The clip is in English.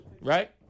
right